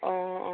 অঁ অঁ